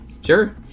Sure